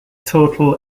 total